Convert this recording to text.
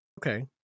Okay